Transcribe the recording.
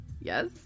Yes